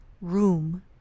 room